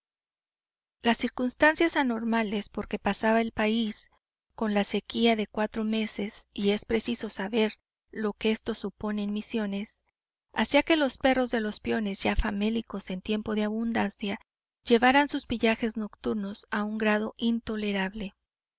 las circunstancias anormales porque pasaba el país con la sequía de cuatro meses y es preciso saber lo que esto supone en misiones hacía que los perros de los peones ya famélicos en tiempo de abundancia llevaran sus pillajes nocturnos a un grado intolerable